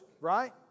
right